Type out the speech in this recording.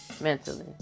mentally